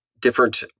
different